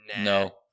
No